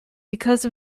because